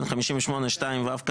58(2)(ו),